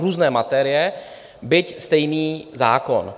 Různé materie, byť stejný zákon.